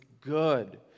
good